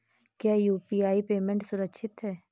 क्या UPI payment सुरक्षित है?